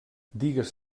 digues